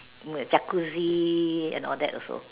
Jacuzzi and all that also